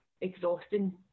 exhausting